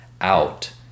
out